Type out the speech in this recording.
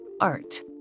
art